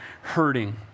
hurting